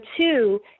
two